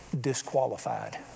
disqualified